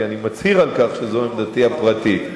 כי אני מצהיר על כך שזאת עמדתי הפרטית.